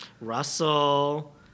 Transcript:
Russell